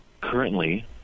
Currently